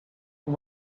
who